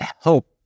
help